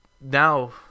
now